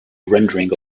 rendering